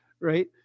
right